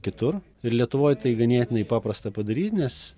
kitur ir lietuvoj tai ganėtinai paprasta padaryt nes